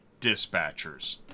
dispatchers